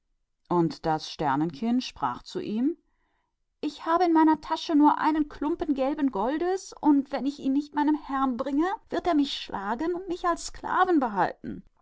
und das sternenkind sagte zu ihm ich habe in meinem beutel nur ein stück gelben goldes und wenn ich es meinem herrn nicht bringe wird er mich schlagen und mich als seinen sklaven behalten